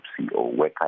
CEO